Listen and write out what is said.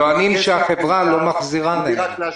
הם טוענים שהחברה לא מחזירה להם.